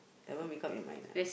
never make up your mind ah